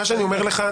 מה שאני אומר לך,